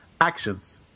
actions